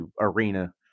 arena